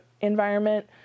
environment